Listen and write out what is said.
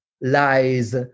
lies